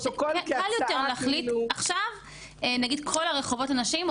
קל יותר להחליט עכשיו נגיד כל הרחובות על שם נשים,